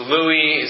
Louis